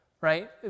Right